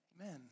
Amen